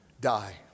die